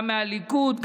גם מהליכוד,